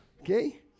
Okay